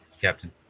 Captain